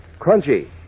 crunchy